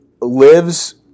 lives